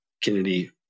Kennedy